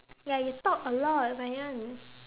ya you talk a lot Ryan